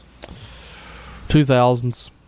2000s